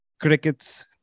crickets